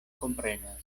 komprenas